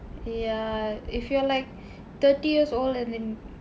ya if you are like thirty years old and then